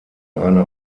eine